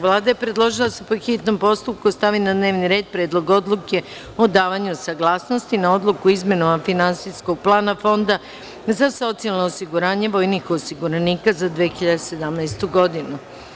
Vlada je predložila da se po hitnom postupku stavi na dnevni red – Predlog odluke o davanju saglasnosti na Odluku o izmenama finansijskog plana Fonda za socijalno osiguranje vojnih osiguranika za 2017. godinu.